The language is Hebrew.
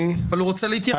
הוא רוצה להתייחס לנושא הזה.